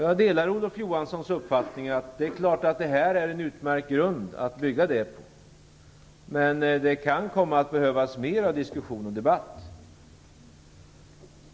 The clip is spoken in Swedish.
Jag delar Olof Johanssons uppfattning att det är klart att det här är en utmärkt grund att bygga det på, men det kan komma att behövas mer av diskussion och debatt.